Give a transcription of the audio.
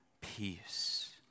peace